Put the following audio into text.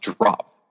drop